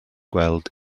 gweld